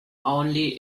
only